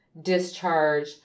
discharge